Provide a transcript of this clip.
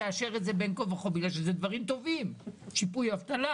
הפנייה התקציבית נועדה לשיפוי המוסד לביטוח לאומי בסך של